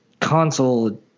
console